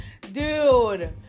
Dude